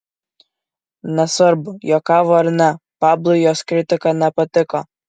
nesvarbu juokavo ar ne pablui jos kritika nepatiko